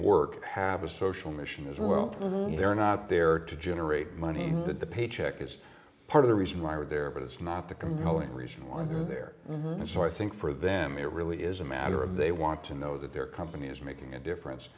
work have a social mission as well they're not there to generate money but the paycheck is part of the reason why we're there but it's not the compelling reason why they're there and so i think for them it really is a matter of they want to know that their company is making a difference